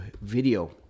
video